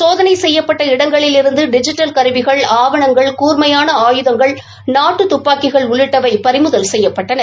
சோதனை செய்யப்பட்ட இடங்களிலிருந்து டிஜிட்டல் கருவிகள ஆவணங்கள் கூர்மையாள ஆயுதங்கள் நாட்டு துப்பாக்கிகள் உள்ளிட்டவை பறிமுதல் செய்யப்பட்டன